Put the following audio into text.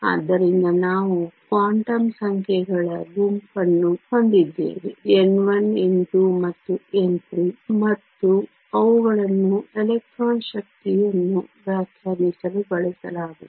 ಆದ್ದರಿಂದ ನಾವು ಕ್ವಾಂಟಮ್ ಸಂಖ್ಯೆಗಳ ಗುಂಪನ್ನು ಹೊಂದಿದ್ದೇವೆ n1 n2 ಮತ್ತು n3 ಮತ್ತು ಅವುಗಳನ್ನು ಎಲೆಕ್ಟ್ರಾನ್ ಶಕ್ತಿಯನ್ನು ವ್ಯಾಖ್ಯಾನಿಸಲು ಬಳಸಲಾಗುತ್ತದೆ